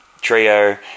trio